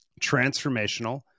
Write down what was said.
transformational